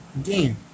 Again